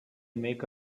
make